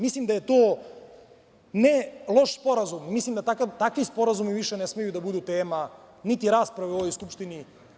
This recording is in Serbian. Mislim da je to ne loš sporazum, mislim da takvi sporazumi više ne smeju da budu tema niti rasprave u ovoj Skupštini.